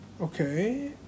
Okay